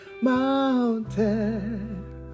mountain